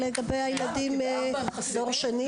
לגבי הילדים שהם דור שני?